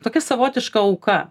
tokia savotiška auka